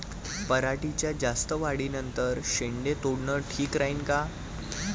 पराटीच्या जास्त वाढी नंतर शेंडे तोडनं ठीक राहीन का?